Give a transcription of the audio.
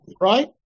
right